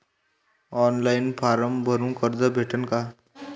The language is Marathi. ऑनलाईन फारम भरून कर्ज भेटन का?